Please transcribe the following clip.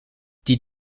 die